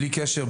בלי קשר,